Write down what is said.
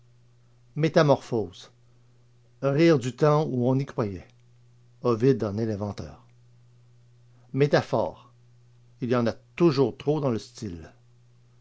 métamorphose rire du temps où on y croyait ovide en est l'inventeur métaphores il y en a toujours trop dans le style